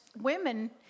women